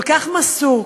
כל כך מסור,